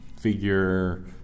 figure